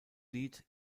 lied